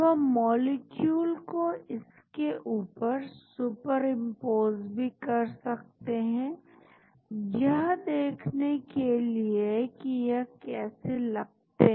अब हम मॉलिक्यूल को इसके ऊपर सुपर इंपोज भी कर सकते हैं यह देखने के लिए कि यह कैसे लगते हैं